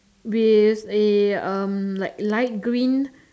with a um like light green